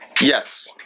Yes